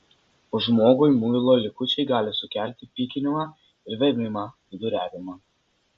o žmogui muilo likučiai gali sukelti pykinimą ir vėmimą viduriavimą